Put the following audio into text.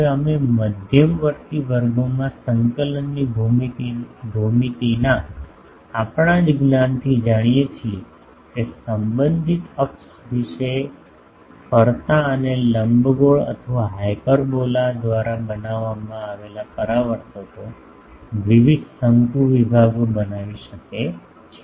હવે અમે મધ્યવર્તી વર્ગોમાં સંકલનની ભૂમિતિના આપણા જ્ જ્ઞાન થી જાણીએ છીએ કે સંબંધિત અક્ષ વિશે ફરતા અને લંબગોળ અથવા હાયપરબોલા દ્વારા બનાવવામાં આવેલા પરાવર્તકો વિવિધ શંકુ વિભાગો બનાવી શકે છે